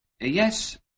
yes